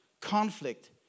conflict